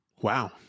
Wow